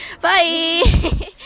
Bye